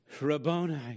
Rabboni